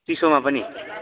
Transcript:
चिसोमा पनि